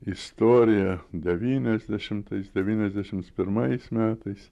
istorija devyniasdešimtais devyniasdešimt pirmais metais